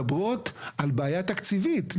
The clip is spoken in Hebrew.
מדברות על בעיה תקציבית.